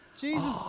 Jesus